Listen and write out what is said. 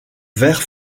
vert